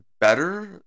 better